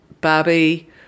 Barbie